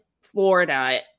Florida